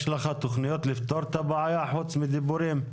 יש לך תכניות לפתור את הבעיה חוץ מדיבורים?